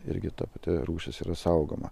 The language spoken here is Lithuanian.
irgi ta pati rūšis yra saugoma